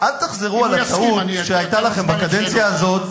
אל תחזרו על הטעות שהיתה לכם בקדנציה הזאת,